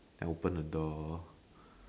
I open the door